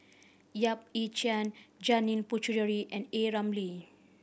Yap Ee Chian Janil Puthucheary and A Ramli